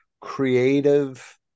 creative